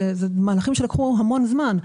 אלה מהלכים שארכו המון זמן.